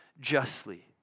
justly